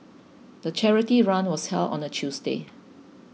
the charity run was held on a Tuesday